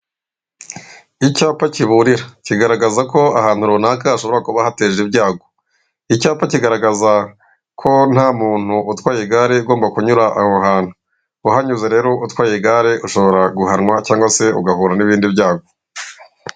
Icyapa kiburira kigaragazako ahantu runaka hashobora kuba hate za ibyago. Icyapa kigaragazako nta muntu utwaye igare ugomba kunyura aho hantu. Uhanyuze utwaye igare ugomba guhanwa, cgangwa ugateza ibyago.